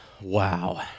wow